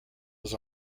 was